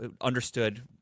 understood